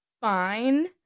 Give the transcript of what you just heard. fine